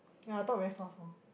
ya I talk very soft hor